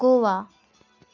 Goa